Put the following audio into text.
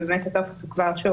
והטופס הוא כבר ---,